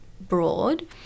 broad